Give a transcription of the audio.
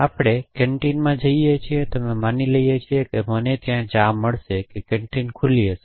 આપણે કેન્ટીનમાં જઈએ છીએ અને માની લઈએ છીએ કે મને ત્યાં ચા મળશે કે કેન્ટીન ખુલ્લી હશે